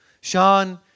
Sean